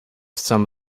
some